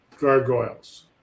gargoyles